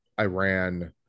Iran